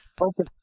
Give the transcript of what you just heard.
Okay